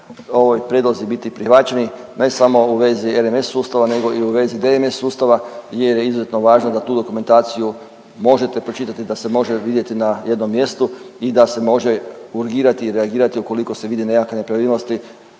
ovi prijedlozi biti prihvaćeni, ne samo u vezi RMS sustava, nego i u vezi DMS sustava jer je izuzetno važno da tu dokumentaciju možete pročitati, da se može vidjeti na jednom mjestu i da se može urgirati i reagirati ukoliko se vidi nekakve nepravilnosti